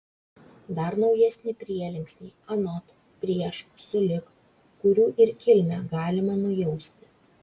dar naujesni prielinksniai anot prieš sulig kurių ir kilmę galima nujausti